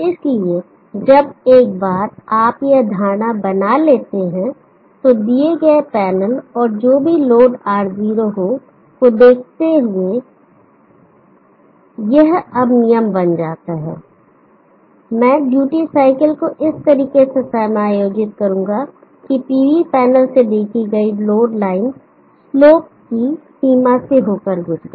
इसलिए एक बार जब आप यह धारणा बना लेते हैं तो दिए गए पैनल और जो भी लोड R0 हो को देखते हुए यह अब नियम बन जाता है मैं ड्यूटी साइकिल को इस तरीके से समायोजित करूंगा कि पीवी पैनल से देखी गई लोड लाइन स्लोप की सीमा से होकर गुजरे